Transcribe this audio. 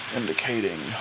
indicating